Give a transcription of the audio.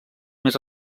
més